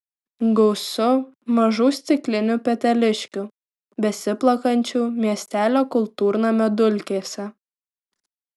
gausu mažų stiklinių peteliškių besiplakančių miestelio kultūrnamio dulkėse